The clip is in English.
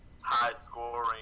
high-scoring